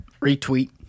Retweet